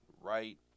right